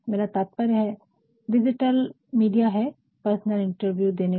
मेरा तात्पर्य है डिजिटल मीडिया है पर्सनल इंटरव्यू देने को